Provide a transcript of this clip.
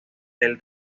del